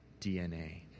DNA